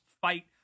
Fight